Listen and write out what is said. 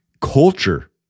culture